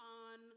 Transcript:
on